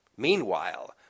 Meanwhile